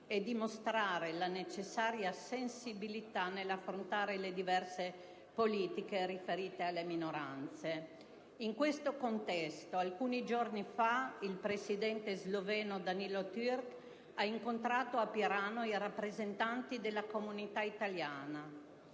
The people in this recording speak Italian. e dimostrare la necessaria sensibilità nell'affrontare le diverse politiche riferite alle minoranze. In questo contesto, alcuni giorni fa, il presidente sloveno Danilo Türk ha incontrato a Pirano i rappresentanti della comunità italiana.